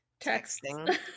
Texting